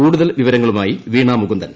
കൂടുതൽ വിവരങ്ങളുമായി വീണാ മുകുന്ദൻ